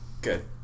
Good